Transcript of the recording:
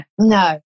No